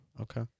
Okay